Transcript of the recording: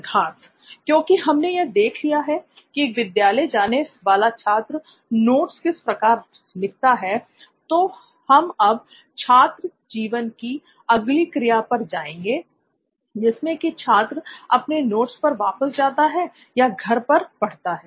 सिद्धार्थ क्योंकि हमने यह देख लिया है की एक विद्यालय जाने वाला छात्र नोट्स किस प्रकार लिखता हूं तो हम अब छात्र जीवन की अगली क्रिया पर जाएंगे जिसमें की छात्र अपने नोट्स पर वापस जाता है या घर पर पड़ता है